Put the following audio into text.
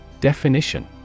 Definition